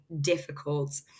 difficult